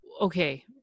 okay